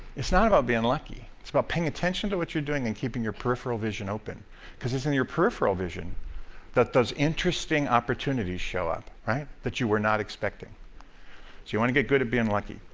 it's not about being lucky. it's about paying attention to what you're doing and keeping your peripheral vision open because it's in your peripheral vision that those interesting opportunities show up, right, that you were not expecting. so you want to get good at being lucky.